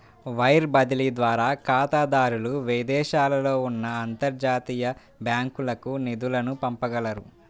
wire బదిలీ ద్వారా ఖాతాదారులు విదేశాలలో ఉన్న అంతర్జాతీయ బ్యాంకులకు నిధులను పంపగలరు